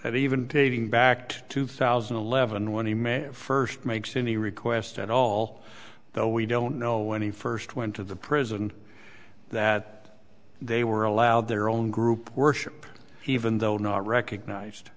that even paving backed two thousand and eleven when he may first makes any request at all though we don't know when he first went to the prison that they were allowed their own group worship even though not recognised